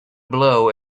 blow